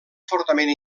fortament